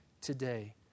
today